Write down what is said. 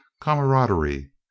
camaraderie